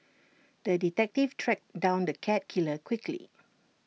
the detective tracked down the cat killer quickly